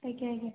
ଆଜ୍ଞା ଆଜ୍ଞା